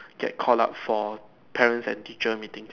get called up for parents and teacher meeting